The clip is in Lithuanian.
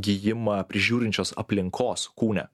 gijimą prižiūrinčios aplinkos kūne